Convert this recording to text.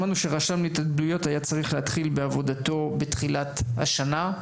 שמענו שרשם התאבדויות היה צריך להתחיל בעבודתו בתחילת השנה.